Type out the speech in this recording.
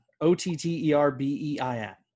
O-T-T-E-R-B-E-I-N